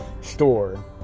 store